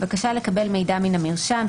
בקשה לקבל מידע מן המרשם,